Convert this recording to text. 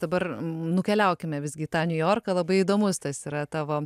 dabar nukeliaukime visgi į tą niujorką labai įdomus tas yra tavo